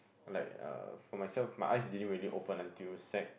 like uh for myself my eyes didn't really open until sec